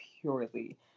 purely